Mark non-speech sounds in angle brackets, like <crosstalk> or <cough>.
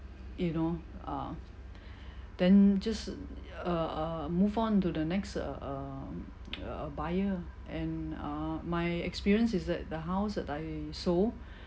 you know uh then just uh uh move on to the next uh uh <noise> uh buyer and uh my experience is that the house that I sold